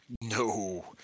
no